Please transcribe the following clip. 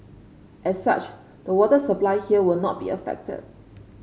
as such the water supply here will not be affected